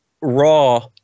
Raw